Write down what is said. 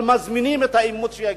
אבל מזמינים את העימות שיגיע.